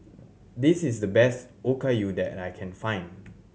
this is the best Okayu that I can find